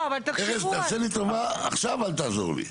ארז תעשה לי טובה, עכשיו אל תעזור לי.